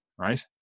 Right